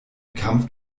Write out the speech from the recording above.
kampf